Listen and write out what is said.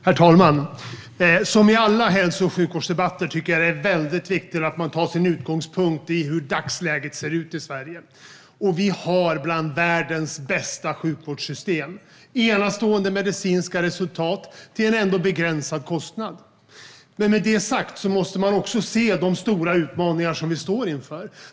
Herr talman! I alla hälso och sjukvårdsdebatter tycker jag att det är väldigt viktigt att man tar sin utgångspunkt i hur dagsläget ser ut i Sverige. Vi har ett av världens bästa sjukvårdssystem. Vi har enastående medicinska resultat till en ändå begränsad kostnad. Med detta sagt måste man också se de stora utmaningar som vi står inför.